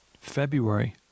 February